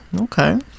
Okay